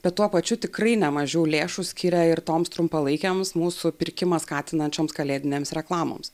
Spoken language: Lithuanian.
bet tuo pačiu tikrai ne mažiau lėšų skiria ir toms trumpalaikėms mūsų pirkimą skatinančioms kalėdinėms reklamoms